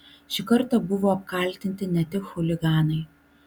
šį kartą buvo apkaltinti ne tik chuliganai